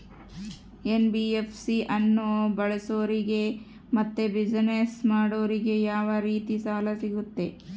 NBFC ಅನ್ನು ಬಳಸೋರಿಗೆ ಮತ್ತೆ ಬಿಸಿನೆಸ್ ಮಾಡೋರಿಗೆ ಯಾವ ರೇತಿ ಸಾಲ ಸಿಗುತ್ತೆ?